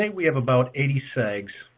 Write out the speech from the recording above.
we have about eighty segs,